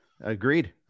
agreed